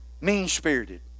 mean-spirited